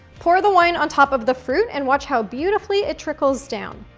pour the wine on top of the fruit and watch how beautifully it trickles down.